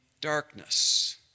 darkness